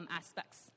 aspects 。